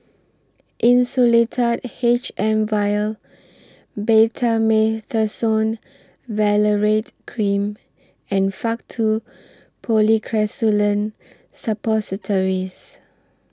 Insulatard H M Vial Betamethasone Valerate Cream and Faktu Policresulen Suppositories